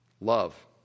Love